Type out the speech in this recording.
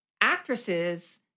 actresses